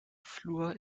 fluor